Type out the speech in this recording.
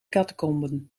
catacomben